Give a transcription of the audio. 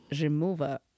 Remover